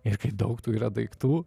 ir kai daug tų yra daiktų